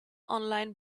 online